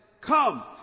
Come